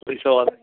कुछ और